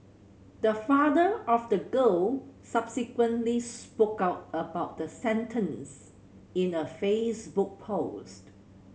the father of the girl subsequently spoke out about the sentence in a Facebook post